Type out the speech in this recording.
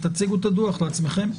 תציגו את הדוח לעצמכם.